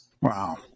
Wow